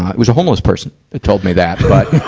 it was a homeless person that told me that, but